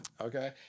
Okay